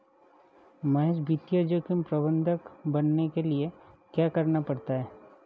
महेश वित्त जोखिम प्रबंधक बनने के लिए क्या करना पड़ता है?